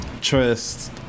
trust